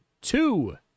two